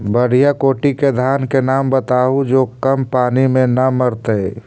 बढ़िया कोटि के धान के नाम बताहु जो कम पानी में न मरतइ?